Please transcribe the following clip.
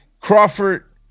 Crawford